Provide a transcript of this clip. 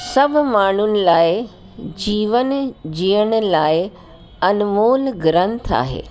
सब माण्हुनि लाइ जीवन जीअण लाइ अनमोल ग्रंथ आहे